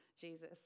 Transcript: Jesus